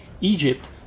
Egypt